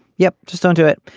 yep just don't do it.